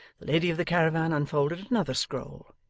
lady of the caravan unfolded another scroll,